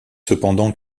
cependant